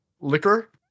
Liquor